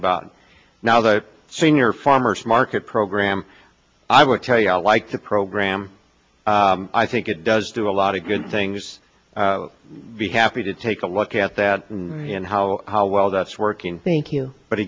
about now the senior farmer's market program i would tell you i like the program i think it does do a lot of good things be happy to take a look at that and how how well that's working thank you but